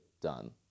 done